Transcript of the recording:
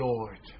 Lord